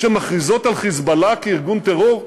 שמכריזות על "חיזבאללה" כארגון טרור?